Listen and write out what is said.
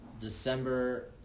December